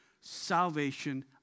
salvation